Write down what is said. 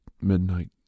midnight